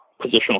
positional